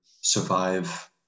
survive